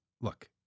Look